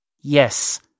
Yes